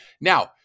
Now